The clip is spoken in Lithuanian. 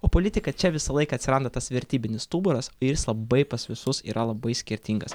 o politika čia visąlaik atsiranda tas vertybinis stuburas ir jis labai pas visus yra labai skirtingas